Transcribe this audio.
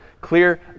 clear